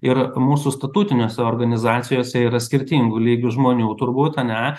ir mūsų statutinėse organizacijose yra skirtingų lygių žmonių turbūt ane